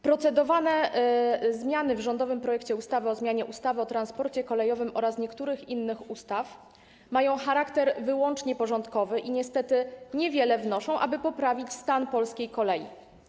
Procedowane zmiany zawarte w rządowym projekcie ustawy o zmianie ustawy o transporcie kolejowym oraz niektórych innych ustaw mają charakter wyłącznie porządkowy i niestety niewiele wnoszą, jeśli chodzi o to, by poprawić stan polskiej kolei.